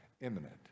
imminent